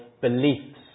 beliefs